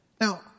Now